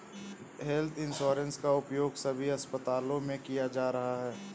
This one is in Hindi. हेल्थ इंश्योरेंस का उपयोग सभी अस्पतालों में किया जा रहा है